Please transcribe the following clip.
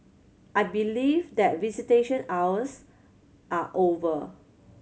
I believe that visitation hours are over